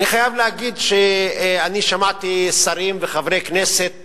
אני חייב להגיד שאני שמעתי שרים וחברי כנסת